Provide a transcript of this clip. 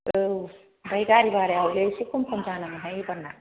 ओमफ्राय गारि भाराया हयले एसे खमफोर जानांगोनहाय एबारना